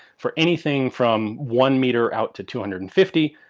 for anything from one metre out to two hundred and fifty,